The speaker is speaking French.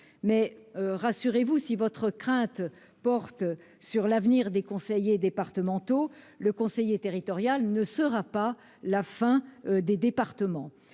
Rassurez-vous : si votre crainte porte sur l'avenir des conseillers départementaux, le conseiller territorial ne marquera pas la fin des départements.